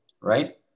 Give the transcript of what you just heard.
right